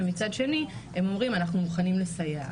ומצד שני הם אומרים אנחנו מוכנים לסייע.